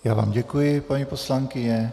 Já vám děkuji, paní poslankyně.